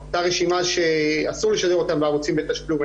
אותה רשימה שאסור לשדר אותם בערוצים בתשלום,